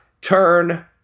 turn